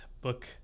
book